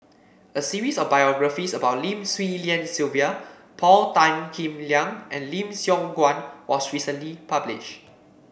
a series of biographies about Lim Swee Lian Sylvia Paul Tan Kim Liang and Lim Siong Guan was recently publish